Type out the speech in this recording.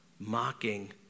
mocking